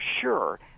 sure